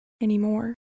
anymore